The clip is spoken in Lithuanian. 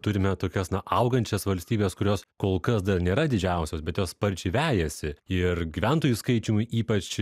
turime tokias na augančias valstybes kurios kol kas dar nėra didžiausios bet jos sparčiai vejasi ir gyventojų skaičium ypač